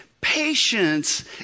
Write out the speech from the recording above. patience